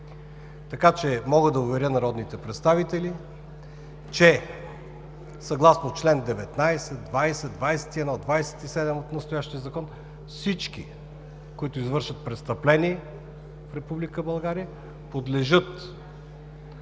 файлове. Мога да уверя народните представители, че съгласно чл. 19, 20, 21, 27 от настоящия Закон, всички, които извършват престъпление в Република България, подлежат на